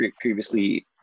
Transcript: previously